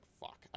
fuck